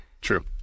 True